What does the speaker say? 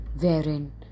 wherein